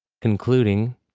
concluding